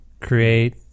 create